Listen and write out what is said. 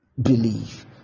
Believe